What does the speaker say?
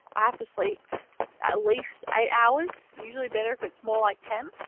i have to sleep at least eight hours, usually better if it's more like ten,